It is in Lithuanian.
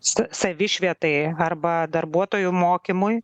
sa savišvietai arba darbuotojų mokymui